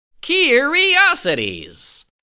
curiosities